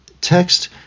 text